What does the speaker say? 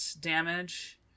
damage